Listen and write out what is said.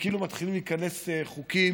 וכאילו מתחילים להיכנס חוקים